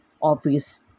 office